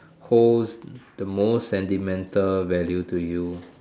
holds the most sentimental value to you